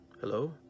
hello